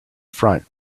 front